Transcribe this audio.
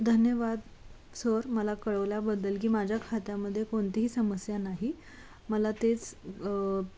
धन्यवाद सर मला कळवल्याबद्दल की माझ्या खात्यामध्ये कोणतीही समस्या नाही मला तेच